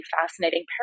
fascinating